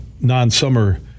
non-summer